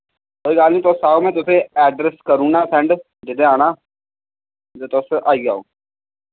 कोई गल्ल नि तुस आओ मैं तुसें एड्रेस करुना सैंड जेह्दे आना ते तुस आई जाओ